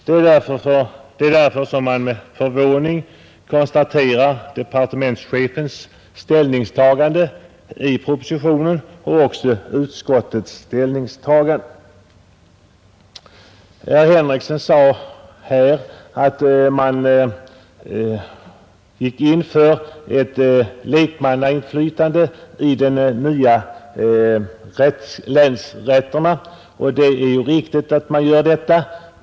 Det är därför som man med förvåning konstaterar departementschefens och utskottets ställningstagande. Herr Henrikson sade här att man gick in för ett lekmannainflytande i de nya länsrätterna, och det är riktigt att man gör detta.